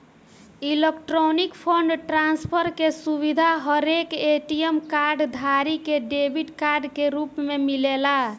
electronic fund transfer के सुविधा हरेक ए.टी.एम कार्ड धारी के डेबिट कार्ड के रूप में मिलेला